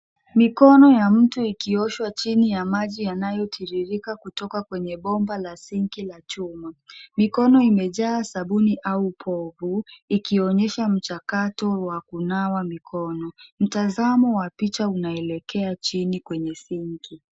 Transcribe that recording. Mikono ya mtu ikioshwa chini ya maji yanayotirika kutoka kwenye bomba la sink la chuma. Mikono imejaa sabuni au povu ikionyesha mchakato wa kunawa mikono. Mtazamo wa picha unaelekea chini kwenye sink .